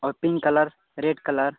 और pink colour red colour